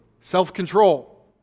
self-control